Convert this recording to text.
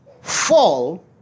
fall